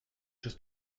chose